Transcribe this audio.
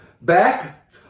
back